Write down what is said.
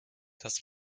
das